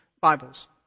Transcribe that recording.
Bibles